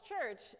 church